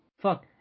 Fuck